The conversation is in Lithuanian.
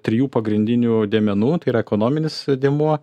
trijų pagrindinių dėmenų tai yra ekonominis dėmuo